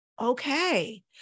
Okay